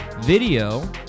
video